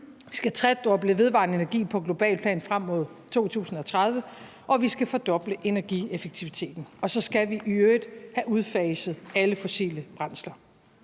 vi skal tredoble vedvarende energi på globalt plan frem mod 2030, og vi skal fordoble energieffektiviteten. Og så skal vi i øvrigt have udfaset alle fossile brændsler.